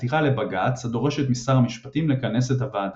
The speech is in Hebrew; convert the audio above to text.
עתירה לבג"ץ הדורשת משר המשפטים לכנס את הוועדה.